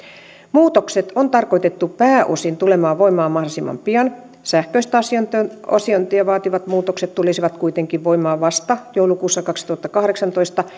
muutokset on tarkoitettu pääosin tulemaan voimaan mahdollisimman pian sähköistä asiointia asiointia vaativat muutokset tulisivat kuitenkin voimaan vasta joulukuussa kaksituhattakahdeksantoista